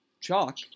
chalk